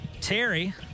Terry